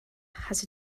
has